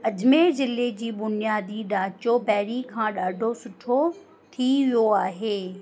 अजमेर जिले जी बुनियादी ढाचो पहिरी खां ॾाढो सुठो थी वियो आहे